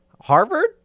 Harvard